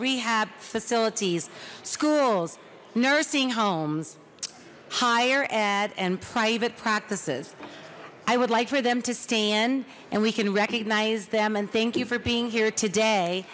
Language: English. rehab facilities schools nursing homes higher ed and private practices i would like for them to stand and we can recognize them and thank you for being here today